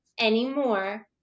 anymore